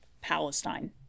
Palestine